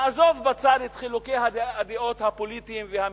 נעזוב בצד את חילוקי הדעות הפוליטיים והמדיניים,